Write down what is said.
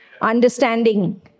Understanding